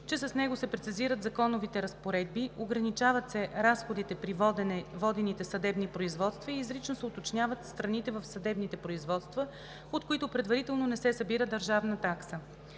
че с него се прецизират законовите разпоредби, ограничават се разходите при водените съдебни производства и изрично се уточняват страните в съдебните производства, от които предварително не се събира държавна такса.